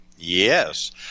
Yes